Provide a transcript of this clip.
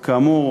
כאמור,